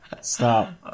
Stop